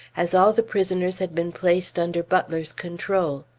as all the prisoners had been placed under butler's control.